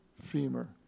femur